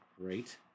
Great